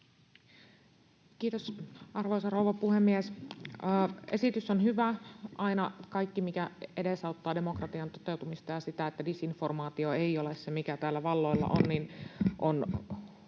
Kiitos, arvoisa rouva puhemies! Esitys on hyvä. Aina kaikki, mikä edesauttaa demokratian toteutumista ja sitä, että disinformaatio ei ole se, mikä täällä valloilla on, on